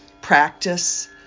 practice